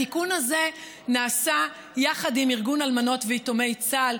התיקון הזה נעשה יחד עם ארגון אלמנות ויתומי צה"ל,